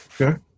Okay